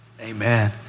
amen